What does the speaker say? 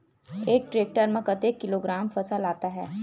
एक टेक्टर में कतेक किलोग्राम फसल आता है?